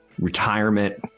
retirement